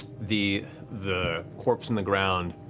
the the corpse on the ground,